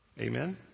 Amen